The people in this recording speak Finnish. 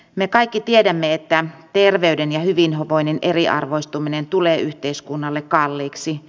me kaikki tiedämme että terveyden ja hyvinvoinnin eriarvoistuminen tulee yhteiskunnalle kalliiksi